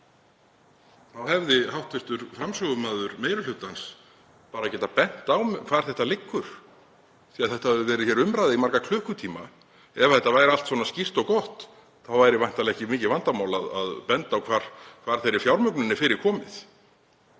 hefði hv. framsögumaður meiri hlutans bara getað bent á hvar þetta liggur því þetta hefur verið í umræðu í marga klukkutíma. Ef þetta væri allt saman svona skýrt og gott væri væntanlega ekki mikið vandamál að benda á hvar þeirri fjármögnun væri fyrir komið.